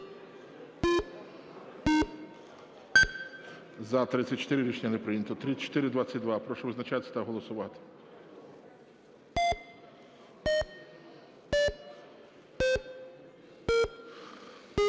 За-32 Рішення не прийнято. 3448, Волошин. Прошу визначатись та голосувати.